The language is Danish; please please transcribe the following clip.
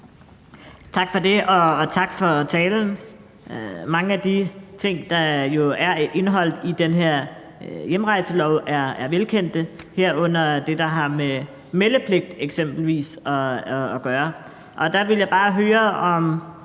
Tak for det, og tak for talen. Mange af de ting, der jo er indeholdt i den her hjemrejselov er velkendte, herunder det, der har med eksempelvis meldepligt at gøre. Der vil jeg bare høre, om